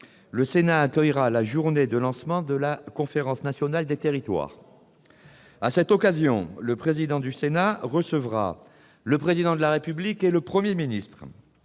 le Sénat accueillera la journée de lancement de la Conférence nationale des territoires. À cette occasion, le président du Sénat recevra le Président de la République et le Premier ministre.